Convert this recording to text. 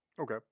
Okay